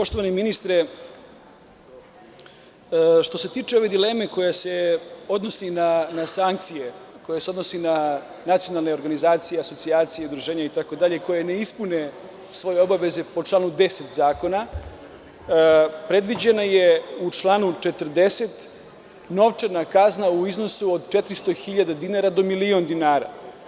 Poštovani ministre, što se tiče ove dileme koja se odnosi na sankcije, koje se odnose na nacionalne organizacije, asocijacije i udruženja itd. koja ne ispune svoje obaveze po članu 10. zakona, predviđena je u članu 40. novčana kazna u iznosu od 400.000 dinara do milion dinara.